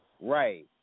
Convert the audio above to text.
right